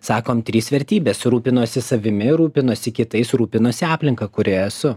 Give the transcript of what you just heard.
sakom trys vertybės rūpinuosi savimi rūpinuosi kitais rūpinuosi aplinka kurioje esu